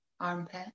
armpit